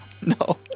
no